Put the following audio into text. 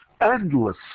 endless